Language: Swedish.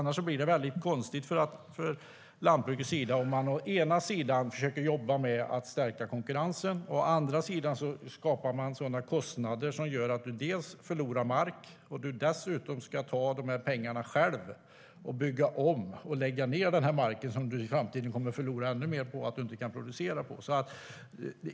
Det blir väldigt konstigt för lantbruket om man å ena sidan försöker jobba med att stärka konkurrensen men å andra sidan skapar kostnader som gör att du förlorar mark och dessutom ska ta pengar själv för att bygga om och lägga ned den mark som du i framtiden kommer att förlora ännu mer på att inte kunna producera på.